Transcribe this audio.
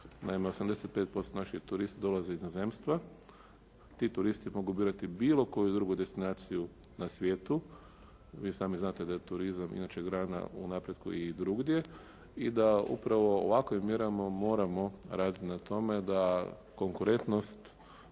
Naime, 85 naših turista dolaze iz inozemstva, ti turisti mogu birati bilo koju drugu destinaciju na svijetu, vi sami znate da je turizam inače i grana u napretku i drugdje i da upravo ovakvim mjerama moramo radi na tome da konkurentnost